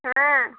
हाँ